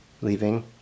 leaving